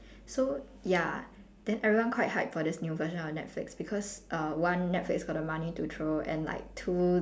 so ya then everyone quite hype for this new version on netflix because uh one netflix got the money to throw and like two